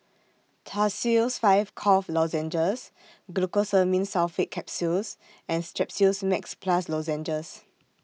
Tussils five Cough Lozenges Glucosamine Sulfate Capsules and Strepsils Max Plus Lozenges